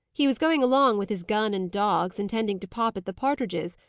he was going along with his gun and dogs, intending to pop at the partridges,